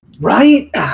Right